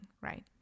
right